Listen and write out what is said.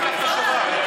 השובר?